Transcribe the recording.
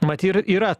mat ir yra